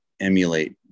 emulate